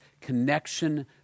connection